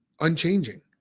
unchanging